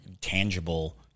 tangible